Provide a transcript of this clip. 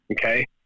Okay